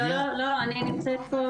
לנושא ההשכלה,